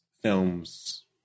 films